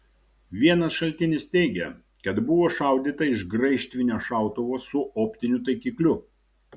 vienas šaltinis teigia kad buvo šaudyta iš graižtvinio šautuvo su optiniu taikikliu